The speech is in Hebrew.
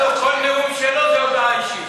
כל נאום שלו זה הודעה אישית.